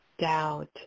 doubt